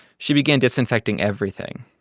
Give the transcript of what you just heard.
she began disinfecting everything,